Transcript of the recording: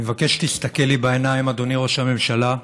אני מבקש שתסתכל לי בעיניים, אדוני ראש הממשלה,